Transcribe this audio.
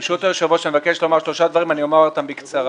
אותם בקצרה: